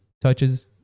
touches